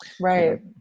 Right